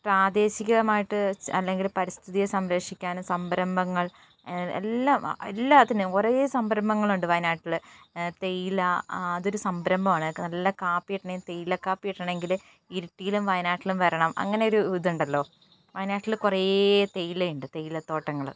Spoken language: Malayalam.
പ്രാദേശികമായിട്ട് അല്ലെങ്കിൽ പരിസ്ഥിതിയെ സംരക്ഷിക്കാൻ സംരംഭങ്ങൾ എല്ലാം എല്ലാത്തിനും കുറേ സംരംഭങ്ങ ളുണ്ട് വയനാട്ടിൽ തേയില അതൊരു സംരംഭമാണ് നല്ല കാപ്പി കിട്ടണമെങ്കിൽ തേയിലക്കാപ്പി കിട്ടണമെങ്കിൽ ഇരിട്ടിയിലും വയനാട്ടിലും വരണം അങ്ങനെ ഒരു ഇതുണ്ടല്ലോ വയനാട്ടിൽ കുറേ തേയിലയുണ്ട് തേയിലത്തോട്ടങ്ങൾ